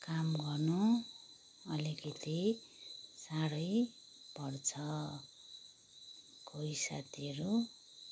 काम गर्नु अलिकति साह्रै पर्छ कोही साथीहरू